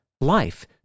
life